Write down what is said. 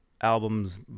albums